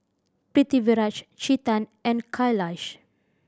Pritiviraj Chetan and Kailash